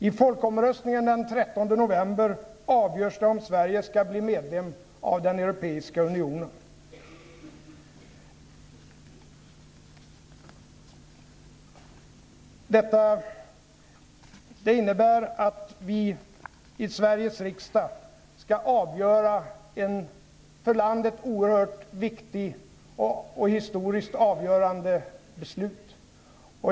I folkomröstningen den 13 november avgörs det om Sverige skall bli medlem av den europeiska unionen. Det innebär att vi i Sveriges riksdag skall fatta ett för landet oerhört viktigt och historiskt avgörande beslut.